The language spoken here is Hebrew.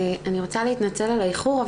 אני רוצה להתנצל על האיחור,